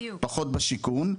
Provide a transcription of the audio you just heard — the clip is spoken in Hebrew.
פחות בשיכון,